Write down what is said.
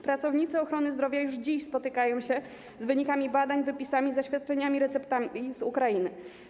Pracownicy ochrony zdrowia już dziś spotykają się z wynikami badań, wypisami, zaświadczeniami, receptami z Ukrainy.